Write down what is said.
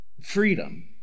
Freedom